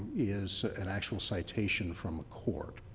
is an actual citation from a court.